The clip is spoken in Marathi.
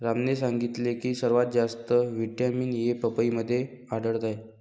रामने सांगितले की सर्वात जास्त व्हिटॅमिन ए पपईमध्ये आढळतो